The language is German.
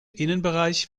innenbereich